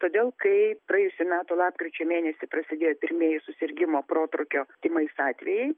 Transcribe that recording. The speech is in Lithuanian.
todėl kai praėjusių metų lapkričio mėnesį prasidėjo pirmieji susirgimo protrūkio tymais atvejai